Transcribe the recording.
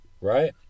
right